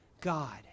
God